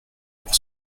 pour